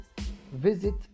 Visit